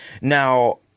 Now